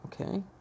Okay